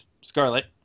Scarlet